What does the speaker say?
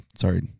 Sorry